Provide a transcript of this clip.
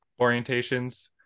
orientations